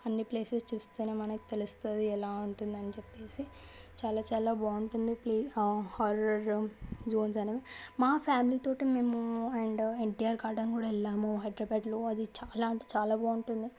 అన్నీ ప్లేసెస్ చూస్తే మనకి తెలుస్తుంది ఎలా ఉంటుందో అని చెప్పి చాలా చాలా బాగుంటుంది ఆ హర్రర్ జోన్స్ అనేవి మా ఫ్యామిలితో మేము అండ్ యన్టీఆర్ గార్డెన్కి కూడా వెళ్ళాము హైడ్రబ్యాడ్లో అది చాలా అంటే చాలా బాగుంటుంది